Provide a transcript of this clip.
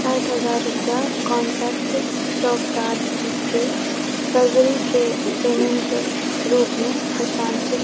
साठि हजार रुपैआ कॉन्टैक्ट चौकिदारके फरवरीके पेमेन्ट रूपमे हस्तान्तरित